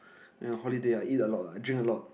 when I holiday I eat a lot I drink a lot